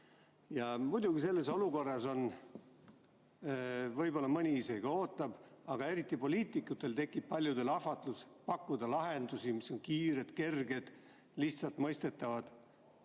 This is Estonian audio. Muidugi selles olukorras võib-olla mõni isegi ootab, aga eriti poliitikutel tekib paljudel ahvatlus pakkuda lahendusi, mis on kiired, kerged ja lihtsalt mõistetavad